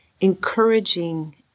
encouraging